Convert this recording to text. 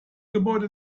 gebäude